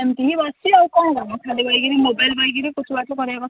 ଏମିତି ହିଁ ବସିଛି ଆଉ କଣ କାମ ଖାଲି ବଇକିନି ମୋବାଇଲ୍ ପାଇକିରି କରିବା କଥା